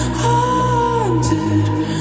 haunted